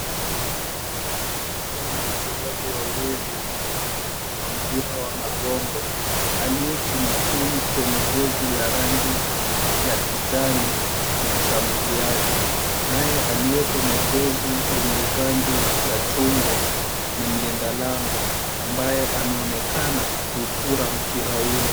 Hawa ni wachezaji wawili wa mpira wa magongo. Aliye chini chini kwenye jezi la rangi ya kijani ni mshambuliaji, naye aliye kwenye jezi yenye rangi ya chungwa ni mlinda lango ambaye anaonekana kupura mpira ule.